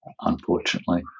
unfortunately